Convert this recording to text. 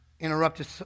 Interrupted